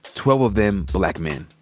twelve of them black men,